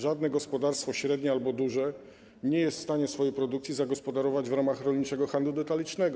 Żadne gospodarstwo średnie albo duże nie jest w stanie swojej produkcji zagospodarować w ramach rolniczego handlu detalicznego.